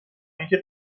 اینکه